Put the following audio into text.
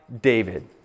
David